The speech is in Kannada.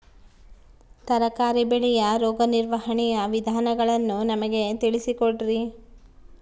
ತರಕಾರಿ ಬೆಳೆಯ ರೋಗ ನಿರ್ವಹಣೆಯ ವಿಧಾನಗಳನ್ನು ನಮಗೆ ತಿಳಿಸಿ ಕೊಡ್ರಿ?